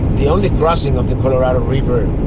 the only crossing of the colorado river